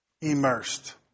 Immersed